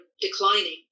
declining